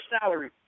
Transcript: salary